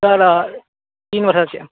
तीन वर्षाची आहे